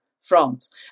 France